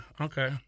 Okay